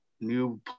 new